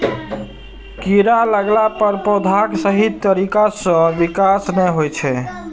कीड़ा लगला पर पौधाक सही तरीका सं विकास नै होइ छै